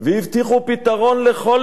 והבטיחו פתרון לכל